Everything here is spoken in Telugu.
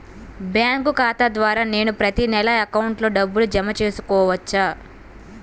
బ్యాంకు ఖాతా ద్వారా నేను ప్రతి నెల అకౌంట్లో డబ్బులు జమ చేసుకోవచ్చా?